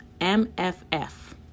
MFF